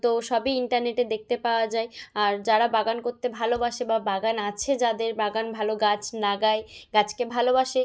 তো সবই ইন্টারনেটে দেখতে পাওয়া যায় আর যারা বাগান করতে ভালোবাসে বা বাগান আছে যাদের বাগান ভালো গাছ লাগায় গাছকে ভালোবাসে